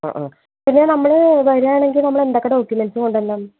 ആ ആ പിന്നെ നമ്മൾ വരുകയാണെങ്കിൽ നമ്മൾ എന്തൊക്കെ ഡോക്യൂമെൻറ്സ് കൊണ്ടുവരണം